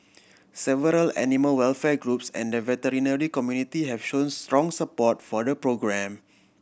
several animal welfare groups and the veterinary community have shown strong support for the programme